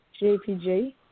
JPG